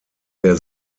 der